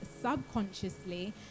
subconsciously